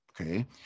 okay